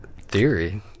theory